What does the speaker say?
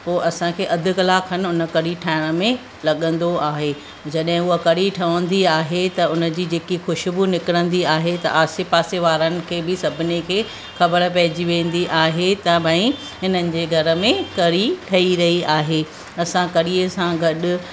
पोइ असांखे अधि कलाकु खनि उन कढ़ी ठाहिण में लॻंदो आहे जॾहिं हूअ कढ़ी ठहंदी आहे त उनजी जेकी ख़ुशबू निकिरंदी आहे त आसे पासे वारनि खे बि सभिनी खे ख़बर पइजी वेंदी आहे त भई हिननि जे घर में कढ़ी ठही रही आहे असां कढ़ीअ सां गॾु